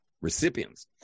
recipients